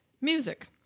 Music